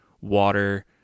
water